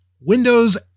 windows